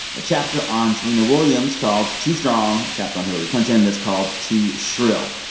a chapter on serena williams called too strong, a chapter on hillary clinton that's called too shrill.